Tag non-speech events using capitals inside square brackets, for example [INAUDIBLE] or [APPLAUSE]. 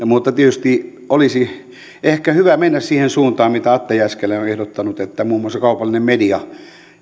[UNINTELLIGIBLE] mutta tietysti olisi ehkä hyvä mennä siihen suuntaan mitä atte jääskeläinen on ehdottanut että muun muassa kaupallinen media